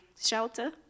Shelter